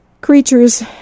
creatures